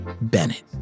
Bennett